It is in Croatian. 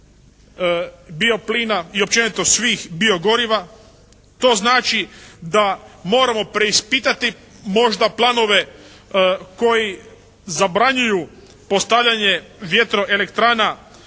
bio plina i općenito svih bio goriva. To znači da moramo preispitati možda planove koji zabranjuju postavljanje vjetroelektrana